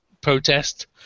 protest